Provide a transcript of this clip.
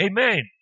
Amen